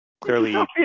clearly